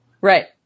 Right